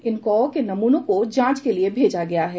इन कौओं के नमूनों को जांच के लिए भेजा गया है